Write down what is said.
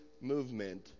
movement